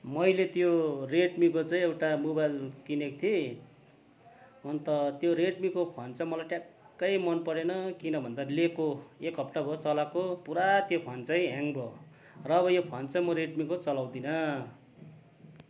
मैले त्यो रेडमीको चाहिँ एउटा मोबाइल किनेको थिएँ अन्त त्यो रेडमीको फोन चाहिँ मलाई ट्याक्कै मनपरेन किन भन्दा लिएको एक हप्ता भयो चलाएको पुरा त्यो फोन चाहिँ ह्याङ्ग भयो र अब यो फोन चाहिँ म रेडमीको चलाउँदिनँ